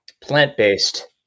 plant-based